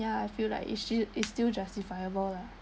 ya I feel like it's still justifiable lah